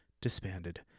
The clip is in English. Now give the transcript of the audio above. disbanded